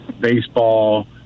baseball